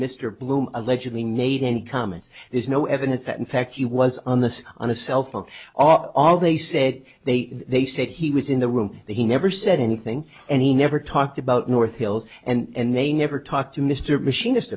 mr bloom allegedly nade any comment there's no evidence that in fact he was on the on the cell phones are they said they they said he was in the room he never said anything and he never talked about north hills and they never talked to mr machinist